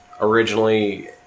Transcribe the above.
originally